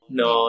no